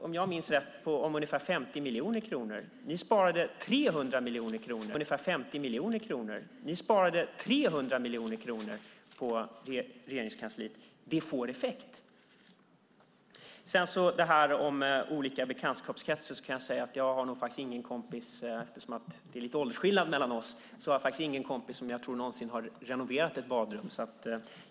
Om jag minns rätt handlar det om ungefär 50 miljoner kronor. Ni sparade 300 miljoner kronor på Regeringskansliet. Det får effekt. I fråga om olika bekantskapskretsar är det nog lite åldersskillnad mellan oss. Jag har ingen kompis som någonsin har renoverat ett badrum.